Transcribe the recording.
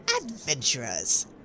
ADVENTURERS